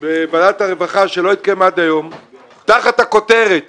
בוועדת הרווחה שלא התקיים עד היום תחת הכותרת